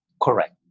Correct